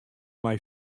mei